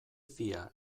fia